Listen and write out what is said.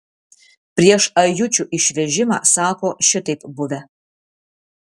prieš ajučių išvežimą sako šitaip buvę